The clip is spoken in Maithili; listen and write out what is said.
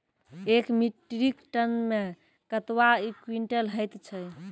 एक मीट्रिक टन मे कतवा क्वींटल हैत छै?